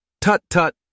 Tut-tut